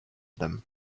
them